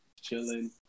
Chilling